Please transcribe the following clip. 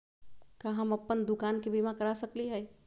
का हम अप्पन दुकान के बीमा करा सकली हई?